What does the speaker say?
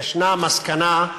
ויש מסקנה,